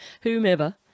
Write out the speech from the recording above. whomever